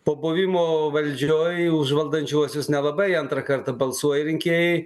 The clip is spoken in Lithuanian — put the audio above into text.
po buvimo valdžioj už valdančiuosius nelabai antrą kartą balsuoja rinkėjai